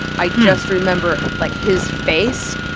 i just remember, like, his face.